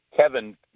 kevin